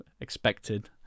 expected